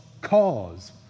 cause